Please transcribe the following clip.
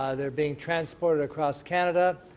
ah they're being transported across canada,